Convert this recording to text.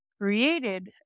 created